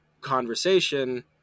conversation